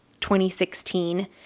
2016